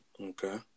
okay